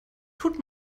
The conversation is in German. tut